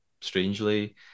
strangely